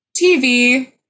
TV